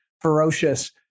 ferocious